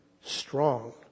strong